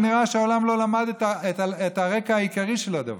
ונראה שהעולם לא למד את הרקע העיקרי של הדבר.